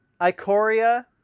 Icoria